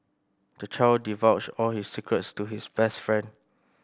the child divulged all his secrets to his best friend